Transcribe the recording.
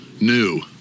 new